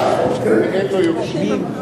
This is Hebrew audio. ואין לו יורשים.